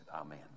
Amen